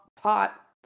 pot